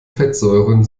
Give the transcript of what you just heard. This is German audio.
fettsäuren